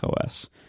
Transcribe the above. OS